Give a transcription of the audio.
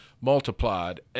multiplied